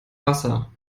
wasser